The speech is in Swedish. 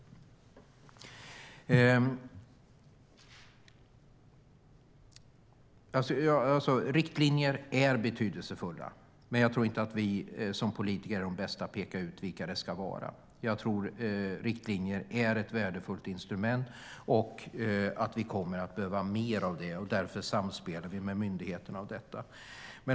Riktlinjer är betydelsefulla, men jag tror inte att vi som politiker är de bästa att peka ut vilka de ska vara. Jag tror att riktlinjer är ett värdefullt instrument och att vi kommer att behöva mer av det. Därför samspelar vi med myndigheterna om detta.